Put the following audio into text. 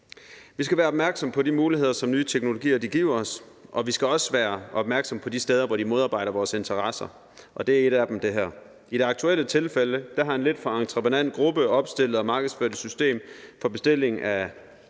Vi skal være opmærksom på de muligheder, som nye teknologier giver os, og vi skal også være opmærksom på de steder, hvor de modarbejder vores interesser, og det her er et af dem. I det aktuelle tilfælde har en lidt for entreprenant gruppe opstillet og markedsført et system for bestilling af